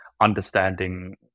understanding